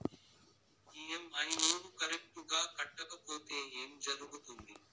EMI loan correct గా కట్టకపోతే ఏం జరుగుతుంది